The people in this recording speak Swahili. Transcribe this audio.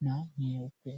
na nyeupe.